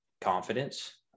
confidence